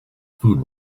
food